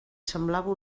semblava